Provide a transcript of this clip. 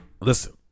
listen